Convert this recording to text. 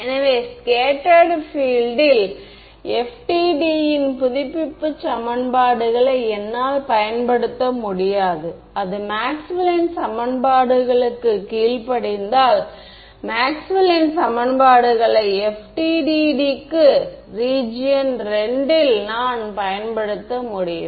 எனவே scattered field ல் FDTD ன் புதுப்பிப்பு சமன்பாடுகளை என்னால் பயன்படுத்த முடியாது அது மேக்ஸ்வெல்லின் சமன்பாடுகளுக்குக் கீழ்ப்படிந்தால் மேக்ஸ்வெல்லின் சமன்பாடுகளை FDTD க்கு ரீஜியன் II இல் நான் பயன்படுத்த முடியும்